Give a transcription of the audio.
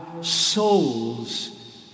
souls